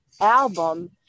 album